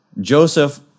Joseph